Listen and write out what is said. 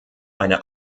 eine